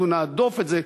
אנחנו נהדוף את זה,